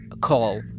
call